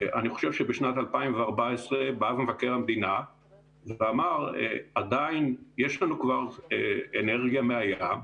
אני חושב שבשנת 2014 בא מבקר המדינה ואמר יש לנו כבר אנרגיה מהים,